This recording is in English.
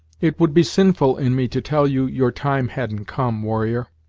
it would be sinful in me to tell you your time hadn't come, warrior,